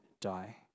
die